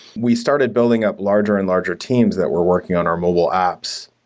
we started building up larger and larger teams that were working on our mobile apps.